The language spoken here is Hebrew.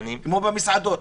כמו במסעדות.